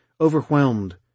overwhelmed